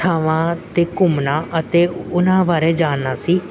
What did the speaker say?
ਥਾਵਾਂ 'ਤੇ ਘੁੰਮਣਾ ਅਤੇ ਉਹਨਾਂ ਬਾਰੇ ਜਾਣਨਾ ਸੀ